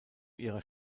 ihrer